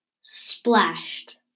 splashed